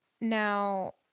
Now